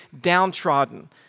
downtrodden